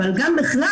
אבל גם בכלל,